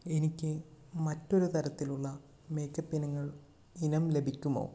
എനിക്ക് മറ്റൊരു തരത്തിലുള്ള മേക്കപ്പ് ഇനങ്ങൾ ഇനം ലഭിക്കുമോ